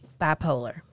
bipolar